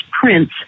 Prince